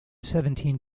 seventeen